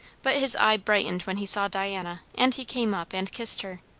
but his eye brightened when he saw diana, and he came up and kissed her.